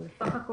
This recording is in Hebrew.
אם כך,